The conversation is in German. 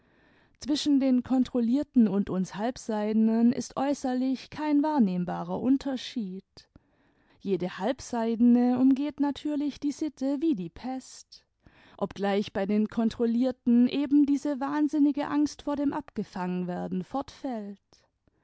zwischen den kontroluerten und uns halbseidenen ist äußerlich kein wahrnehmbarer unterschied jede halbseidenen umgeht natürlich die sitte wie die pest obgleich bei den kontrollierten eben diese wahnsinnige angst vor dem abgefangenwerden fortfällt